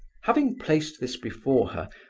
having placed this before her,